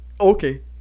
Okay